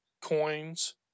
coins